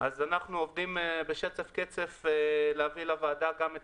אנחנו עובדים בשצף קצף להביא לוועדה גם את